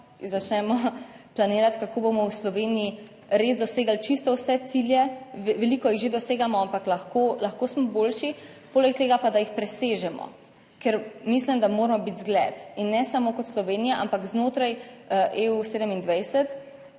začnemo planirati kako bomo v Sloveniji res dosegli čisto vse cilje. Veliko jih že dosegamo, ampak lahko smo boljši. Poleg tega pa, da jih presežemo, ker mislim, da moramo biti zgled in ne samo kot Slovenija, ampak znotraj EU 27,